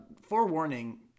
forewarning